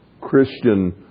Christian